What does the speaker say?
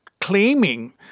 claiming